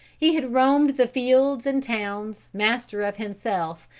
he had roamed the fields and towns, master of himself,